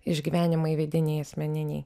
išgyvenimai vidiniai asmeniniai